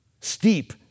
Steep